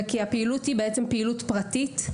וכי הפעילות היא פעילות פרטית.